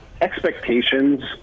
expectations